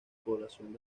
población